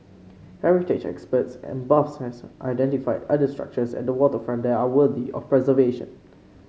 heritage experts and buffs have identified other structures at the waterfront that are worthy of preservation